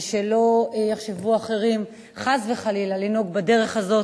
ושלא יחשבו אחרים, חס וחלילה, לנהוג בדרך הזאת.